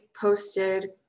posted